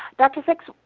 dr. fiks,